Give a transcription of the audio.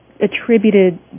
attributed